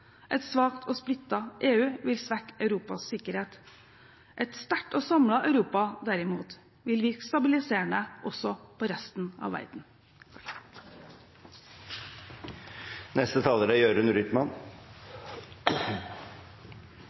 Et svakt og splittet EU vil svekke Europas sikkerhet. Et sterkt og samlet Europa, derimot, vil virke stabiliserende også på resten av verden.